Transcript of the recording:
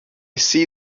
see